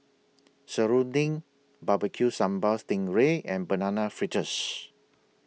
Serunding Barbecue Sambal Sting Ray and Banana Fritters